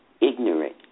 ignorant